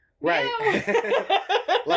Right